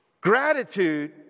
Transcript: gratitude